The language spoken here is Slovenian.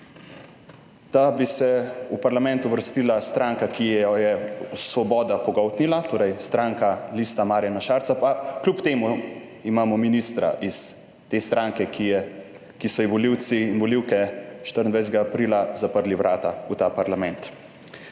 da bi se v parlament uvrstila stranka, ki jo je Svoboda pogoltnila, torej stranka Lista Marjana Šarca, pa kljub temu imamo ministra iz te stranke, ki so ji volivci in volivke 24. aprila zaprli vrata v ta parlament.